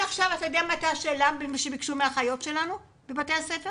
ביקשו מהאחיות שלנו בבתי הספר